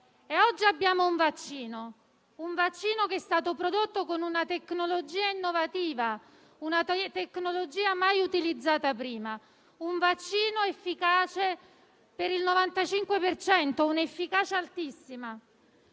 un vaccino. Un vaccino che è stato prodotto con una tecnologia innovativa, una tecnologia mai utilizzata prima; un vaccino efficace per il 95 per cento, una efficacia altissima;